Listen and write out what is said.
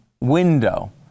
window